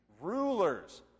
Rulers